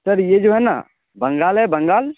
سر یہ جو ہے نا بنگال ہے بنگال